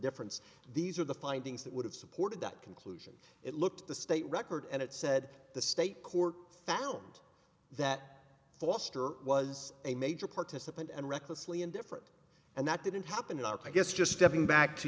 indifference these are the findings that would have supported that conclusion it looked at the state record and it said the state court found that foster was a major participant and recklessly indifferent and that didn't happen and i guess just stepping back to